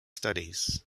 studies